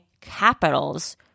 capitals